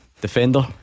Defender